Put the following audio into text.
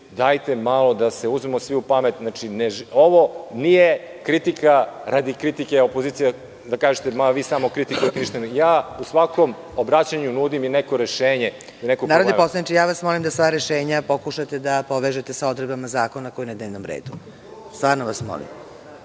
dajte malo da se uzmemo svi u pamet. Ovo nije kritika radi kritike opozicije, da kažete - vi samo kritikujete, već ja u svakom obraćanju nudim i neko rešenje. PREDSEDAVAJUĆA: Narodni poslaniče, molim vas da sva rešenja pokušate da povežete sa odredbama zakona koji je na dnevnom redu. Stvarno vas molim.